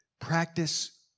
practice